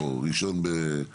או אחד בספטמבר,